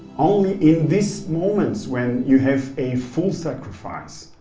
only in these moments, when you have a full sacrifice,